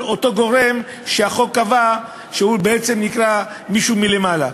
אותו גורם שהחוק קבע שהוא בעצם נקרא מישהו מלמעלה.